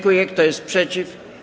Kto jest przeciw?